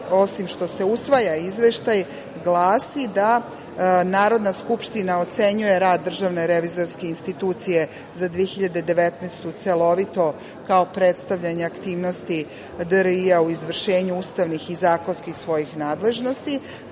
osim što se usvaja izveštaj, glasi da Narodna skupština ocenjuje rad DRI za 2019. godinu celovito, kao predstavljanje aktivnosti DRI u izvršenju ustavnih i zakonskih svojih nadležnosti,